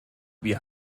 wir